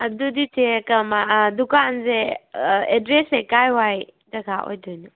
ꯑꯗꯨꯗꯤ ꯆꯦ ꯑꯥ ꯗꯨꯀꯥꯟꯁꯦ ꯑꯦꯗ꯭ꯔꯦꯁꯁꯦ ꯀꯗꯥꯏ ꯋꯥꯏ ꯖꯒꯥ ꯑꯣꯏꯗꯣꯏꯅꯣ